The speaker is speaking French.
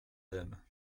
dame